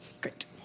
Great